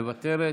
מוותרת,